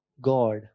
God